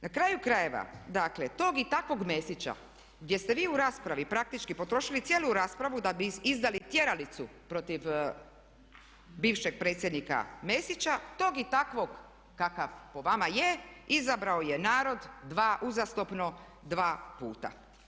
Na kraju krajeva dakle tog i takvog Mesića gdje ste vi u raspravi praktički potrošili cijelu raspravu da bi izdali tjeralicu protiv bivšeg predsjednika Mesića tog i takvog kakav po vama je izabrao je narod uzastopno 2 puta.